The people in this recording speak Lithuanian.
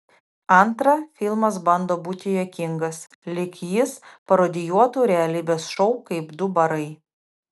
antra filmas bando būti juokingas lyg jis parodijuotų realybės šou kaip du barai